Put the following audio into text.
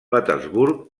petersburg